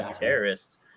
terrorists